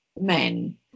men